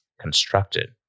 constructed